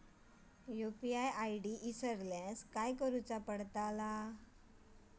UPI ID इसरल्यास काय करुचा?